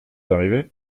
arrivé